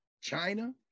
China